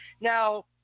Now